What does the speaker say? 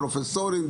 פרופסורים,